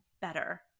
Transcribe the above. better